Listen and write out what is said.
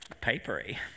Papery